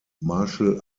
martial